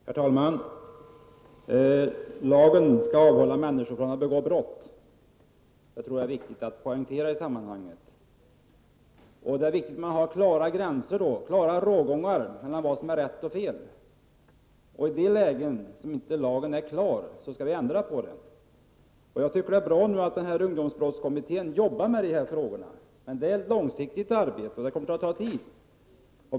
Herr talman! Det är viktigt att poängtera att lagen skall syfta till att avhålla människor från att begå brott. Det är också viktigt med klara rågångar mellan vad som är rätt och fel. I de fall lagen inte är klart utformad i det avseendet skall vi ändra på den. Det är bra att ungdomsbrottskommittén arbetar med dessa frågor, men det är ett långsiktigt arbete som tar tid.